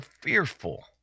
fearful